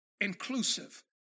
inclusive